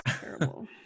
Terrible